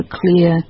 clear